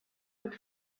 could